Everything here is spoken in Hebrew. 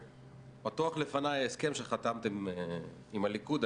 ההסכם שחתמתם עם הליכוד פתוח לפניי.